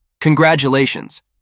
Congratulations